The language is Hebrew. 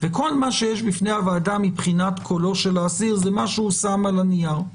וכל מה שיש בפני הוועדה מבחינת קולו של האסיר זה מה שהוא שם על הנייר.